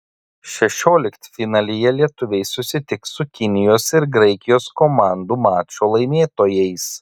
šešioliktfinalyje lietuviai susitiks su kinijos ir graikijos komandų mačo laimėtojais